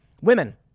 women